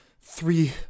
three